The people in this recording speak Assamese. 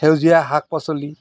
সেউজীয়া শাক পাচলি